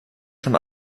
schon